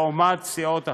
לעומת סיעות אחרות.